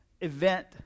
event